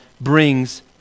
brings